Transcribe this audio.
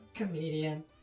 Comedian